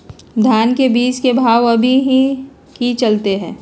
धान के बीज के भाव अभी की चलतई हई?